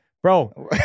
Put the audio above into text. Bro